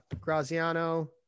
Graziano